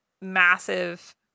massive